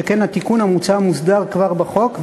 שכן התיקון המוצע מוסדר כבר בחוק,